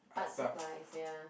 art supplies ya